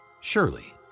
Surely